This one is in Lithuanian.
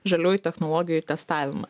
žaliųjų technologijų testavimą